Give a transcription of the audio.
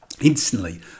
instantly